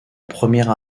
première